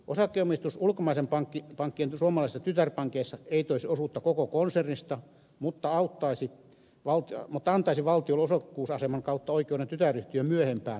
osakeomistus ulkomaisten pankkien suomalaisissa tytärpankeissa ei toisi osuutta koko konsernista mutta antaisi valtiolle osakkuusaseman kautta oikeuden tytäryhtiön myöhempään arvonnousuun